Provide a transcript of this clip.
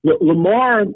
Lamar –